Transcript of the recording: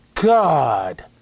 God